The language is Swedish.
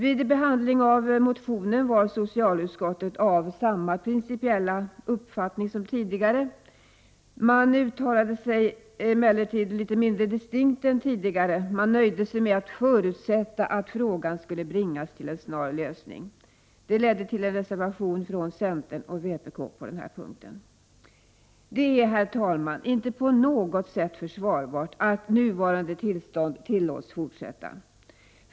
Vid behandlingen av motionen var socialutskottet av samma principiella uppfattning som tidigare, men uttryckte sig litet mindre distinkt i sitt uttalande än tidigare. Utskottet nöjde sig med att förutsätta att frågan skulle bringas till en snar lösning. Det ledde till en reservation från centern och vpk på den punkten. Det är, herr talman, inte på något sätt försvarbart att nuvarande tillstånd tillåts fortsätta.